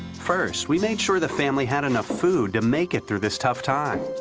first, we made sure the family had enough food to make it through this tough time.